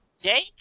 Jake